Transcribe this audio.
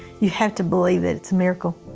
you have to believe it's a miracle.